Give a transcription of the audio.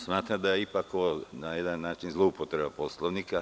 Smatram da je ipak ovo na jedan način zloupotreba Poslovnika.